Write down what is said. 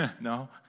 No